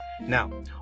Now